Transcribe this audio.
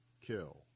kill